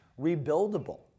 rebuildable